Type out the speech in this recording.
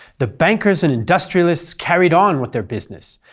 the bankers and industrialists carried on with their business,